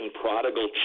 prodigal